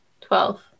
Twelve